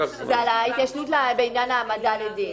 זה על ההתיישנות בעניין העמדה לדין.